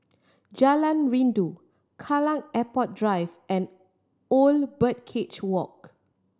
Jalan Rindu Kallang Airport Drive and Old Birdcage Walk